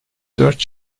dört